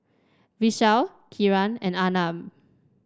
Vishal Kiran and Arnab